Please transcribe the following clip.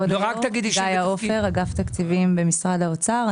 שמי גאיה עופר אגף תקציבים במשרד האוצר,